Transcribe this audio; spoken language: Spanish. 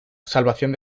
salvación